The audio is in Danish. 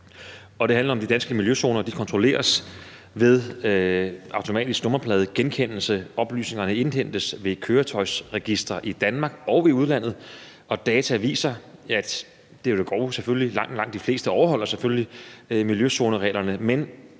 Det handler om, at de danske miljøzoner kontrolleres ved automatisk nummerpladegenkendelse. Oplysningerne indhentes ved Køretøjsregisteret i Danmark og i udlandet, og dataene viser i grove tal, at langt, langt de fleste selvfølgelig overholder miljøzonereglerne. Men